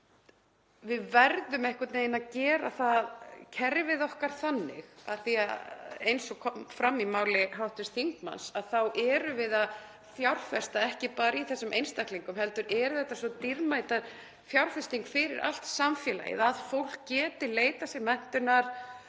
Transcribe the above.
Við verðum einhvern veginn að gera kerfið okkar þannig — eins og kom fram í máli hv. þingmanns þá erum við ekki bara að fjárfesta í þessum einstaklingum heldur er það svo dýrmæt fjárfesting fyrir allt samfélagið að fólk geti leitað sér menntunar,